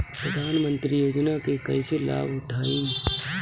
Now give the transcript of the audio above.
प्रधानमंत्री योजना के कईसे लाभ उठाईम?